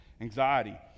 anxiety